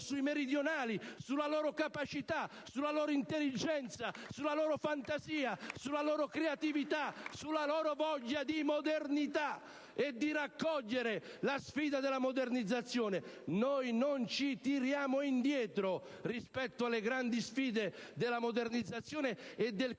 sui meridionali, sulla loro capacità, sulla loro intelligenza *(Applausi dai Gruppi CN-Io Sud e PdL)*, sulla loro fantasia, sulla loro creatività, sulla loro voglia di modernità e di raccogliere la sfida della modernizzazione. Noi non ci tiriamo indietro rispetto alle grandi sfide della modernizzazione e del